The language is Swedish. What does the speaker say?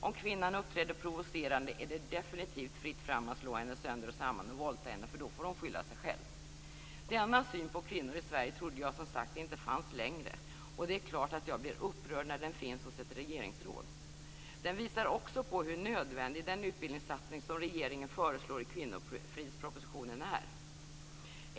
Om kvinnan uppträder provocerande är det definitivt fritt fram att slå henne sönder och samman och våldta henne, för då får hon skylla sig själv. Denna syn på kvinnor i Sverige trodde jag som sagt inte fanns längre, och det är klart att jag blir upprörd när den finns hos ett regeringsråd. Den visar också på hur nödvändig den utbildningssatsning som regeringen föreslår i kvinnofridspropositionen är.